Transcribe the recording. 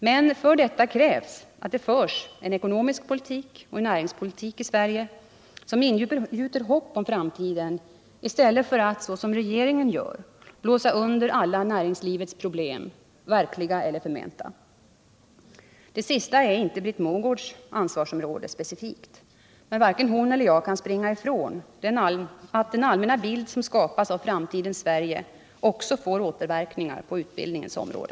Men för detta krävs att det förs en ekonomisk politik och en näringspolitik i Sverige, som ingjuter hopp om framtiden i stället för att, såsom regeringen gör, blåsa under alla näringslivets problem, verkliga eller förmenta. Detta sista är inte specifikt Britt Mogårds ansvarsområde, men varken hon eller jag kan springa ifrån att den allmänna bild som skapas av framtidens Sverige också får återverkningar på utbildningens område.